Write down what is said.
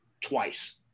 twice